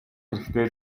хэрэгтэй